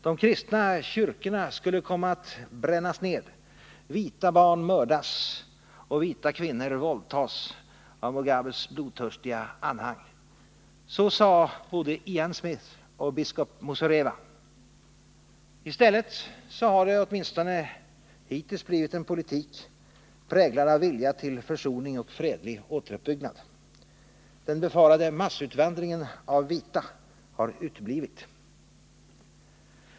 De kristna kyrkorna skulle komma att brännas ned, vita barn mördas och vita kvinnor våldtas av Mugabes blodtörstiga anhang. Så sade både Ian Smith och biskop Muzorewa. I stället har det, åtminstone hittills, blivit en politik präglad av vilja till försoning och fredlig återuppbyggnad. Den befarade massutvandringen av vita har uteblivit.